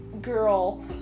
Girl